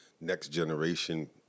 next-generation